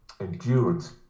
endurance